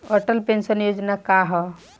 Atal pension Yojana का ह?